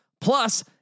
Plus